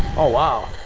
oh wow.